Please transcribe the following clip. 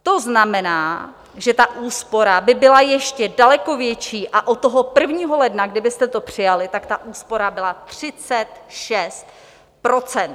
To znamená, že ta úspora by byla ještě daleko větší a od 1. ledna, kdybyste to přijali, tak ta úspora byla 36 %.